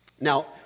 Now